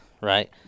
right